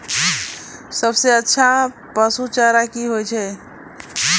सबसे अच्छा पसु चारा की होय छै?